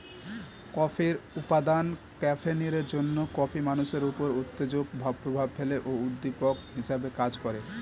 কফির উপাদান ক্যাফিনের জন্যে কফি মানুষের উপর উত্তেজক প্রভাব ফেলে ও উদ্দীপক হিসেবে কাজ করে